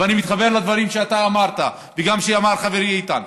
ואני מתחבר לדברים שאתה אמרת ושאמר חברי איתן,